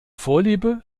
vorliebe